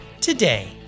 today